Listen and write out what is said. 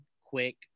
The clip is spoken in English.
quick